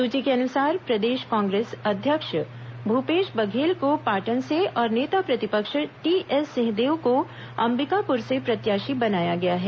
सूची के अनुसार प्रदेश कांग्रेस अध्यक्ष भूपेश बघेल को पाटन से और नेता प्रतिपक्ष टीएस सिंहदेव को अंबिकापुर से प्रत्याशी बनाया गया है